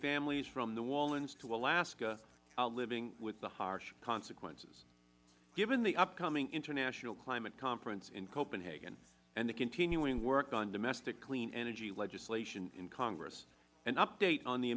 families from new orleans to alaska are living with the harsh consequences given the upcoming international climate conference in copenhagen and the continuing work on domestic clean energy legislation in congress an update on the